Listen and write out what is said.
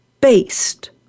based